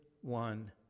one